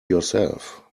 yourself